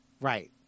Right